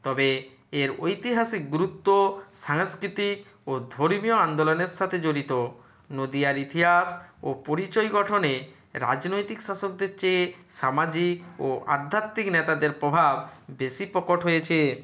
তবে এর ঐতিহাসিক গুরুত্ব সাংষ্কৃতিক ও ধর্মীয় আন্দোলনের সাথে জড়িত নদীয়ার ইতিহাস ও পরিচয় গঠনে রাজনৈতিক শাসকদের চেয়ে সামাজিক ও আধ্যাত্মিক নেতাদের প্রভাব বেশি প্রকট হয়েছে